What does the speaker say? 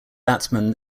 batsman